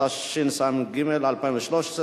התשס"ג 2003,